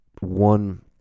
One